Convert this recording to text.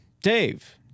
Dave